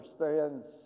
understands